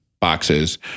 boxes